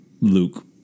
Luke